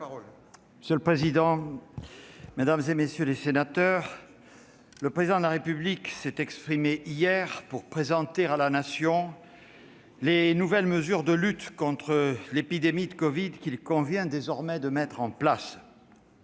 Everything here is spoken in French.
Monsieur le président, mesdames, messieurs les sénateurs, le Président de la République s'est exprimé hier pour présenter à la Nation les nouvelles mesures de lutte contre l'épidémie de covid-19 qu'il convient désormais de mettre en place.